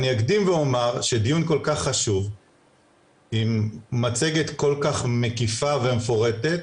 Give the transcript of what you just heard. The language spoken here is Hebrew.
אני אקדים ואומר שדיון כל-כך חשוב עם מצגת כל-כך מקיפה ומפורטת,